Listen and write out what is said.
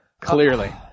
Clearly